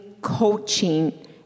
coaching